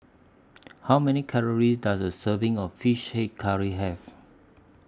How Many Calories Does A Serving of Fish Head Curry Have